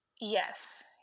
Yes